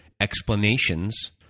explanations